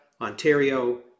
Ontario